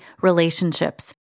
relationships